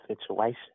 situation